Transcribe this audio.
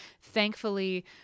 Thankfully